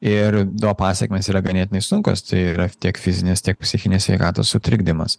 ir to pasekmės yra ganėtinai sunkios tai yra tiek fizinės tiek psichinės sveikatos sutrikdymas